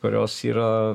kurios yra